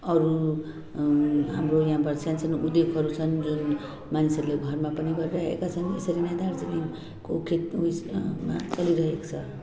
अरू हाम्र यहाँबाट सानो सानो उद्योगहरू छन् जुन मान्छेले घरमा पनि गरिराखेका छन् यसेरी नै दार्जिलिङको खेत उयेसमा चलिरहेको छ